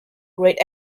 great